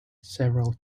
several